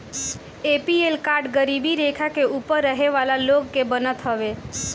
APL card गरीबी रेखा के ऊपर रहे वाला लोग के बनत हवे